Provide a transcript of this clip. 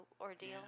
ordeal